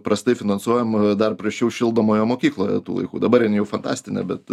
prastai finansuojamoj o dar prasčiau šildomoje mokykloje tų laikų dabar jin jau fantastinė bet